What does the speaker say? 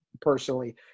personally